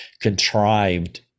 contrived